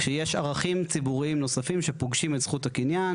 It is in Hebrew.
כשיש ערכים ציבוריים נוספים שפוגשים את זכות הקניין